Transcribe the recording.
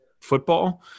football